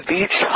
Beach